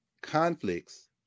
conflicts